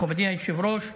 מכובדי היושב-ראש,